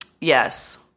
Yes